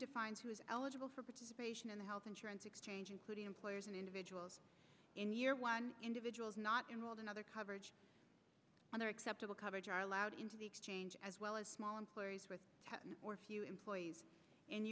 defines who is eligible for participation in the health insurance exchange including employers and individuals in year one individuals not enrolled in other coverage under acceptable coverage are allowed into the exchange as well as small employers or few employees